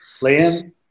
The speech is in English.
Liam